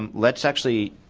um let's actually